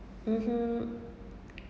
(uh huh)